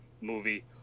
movie